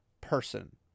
person